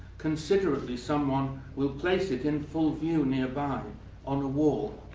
considerably, someone will place it in full view nearby on a wall,